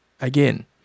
again